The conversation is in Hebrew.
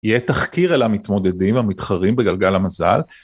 יהיה תחקיר על המתמודדים המתחרים בגלגל המזל.